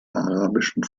arabischen